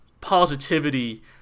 positivity